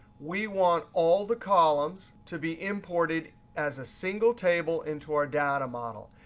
we want all the columns to be imported as a single table into our data model.